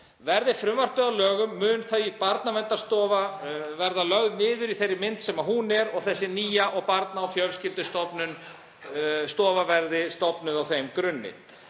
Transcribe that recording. Verði frumvarpið að lögum mun Barnaverndarstofa verða lögð niður í þeirri mynd sem hún er og þessi nýja Barna- og fjölskyldustofa verða stofnuð á þeim grunni.